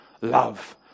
love